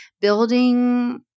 building